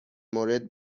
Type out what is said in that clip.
مورد